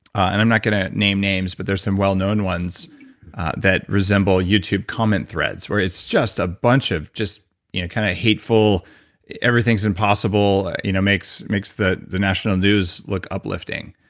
and i'm not gonna name names. but there are some well-known ones that resemble youtube comment threads, where it's just a bunch of just you know kind of hateful everything's impossible, you know makes makes the the national news look uplifting.